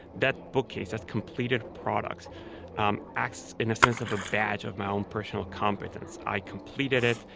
that bookcase that's completed products um acts in a sense of a badge of my own personal competence. i completed it.